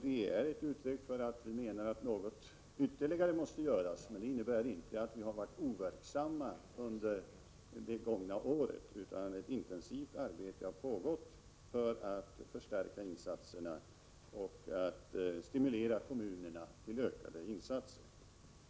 Detta är ett uttryck för att vi menar att något ytterligare måste göras. Men det innebär inte att vi har varit overksamma under det gångna året. Ett intensivt arbete har pågått för att förstärka insatserna och stimulera kommunerna till ökade insatser.